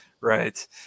right